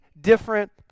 different